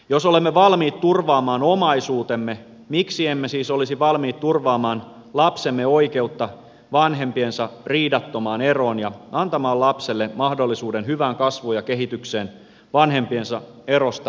jos olemme valmiit turvaamaan omaisuutemme miksi emme siis olisi valmiit turvaamaan lapsemme oikeutta vanhempiensa riidattomaan eroon ja antamaan lapselle mahdollisuuden hyvään kasvuun ja kehitykseen vanhempiensa erosta huolimatta